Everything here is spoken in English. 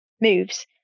moves